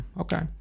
Okay